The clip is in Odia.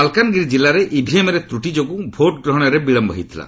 ମାଲକାନଗିରି ଜିଲ୍ଲାରେ ଇଭିଏମ୍ରେ ତ୍ରଟି ଯୋଗୁଁ ଭୋଟ୍ଗ୍ରହଣରେ ବିଳୟ ହୋଇଥିଲା